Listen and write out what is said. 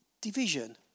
division